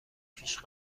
پیش